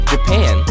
Japan